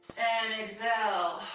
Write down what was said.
and exhale.